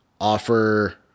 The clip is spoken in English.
offer